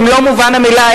במלוא מובן המלה,